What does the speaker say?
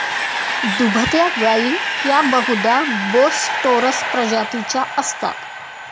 दुभत्या गायी या बहुधा बोस टोरस प्रजातीच्या असतात